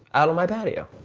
out on my patio,